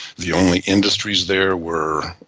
the only industries there were,